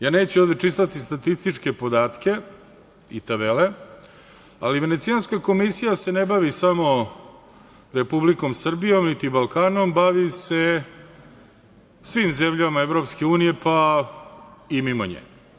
Ja neću ovde čitati statističke podatke i tabele, ali Venecijanska komisija se ne bavi samo Republikom Srbijom, niti Balkanom, bavi se svim zemljama EU, pa i mimo nje.